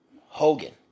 Hogan